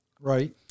Right